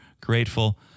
grateful